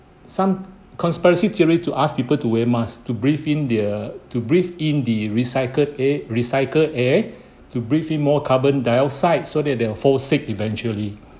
some conspiracy theory to ask people to wear masks to breathe in the err to breathe in the recycled air recycled air to breathe in more carbon dioxide so that they will fall sick eventually